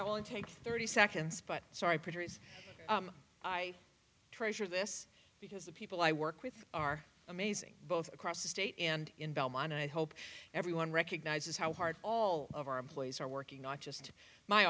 will take thirty seconds but sorry parties i treasure this because the people i work with are amazing both across the state and in belmont and i hope everyone recognizes how hard all of our employees are working on just my